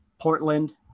Portland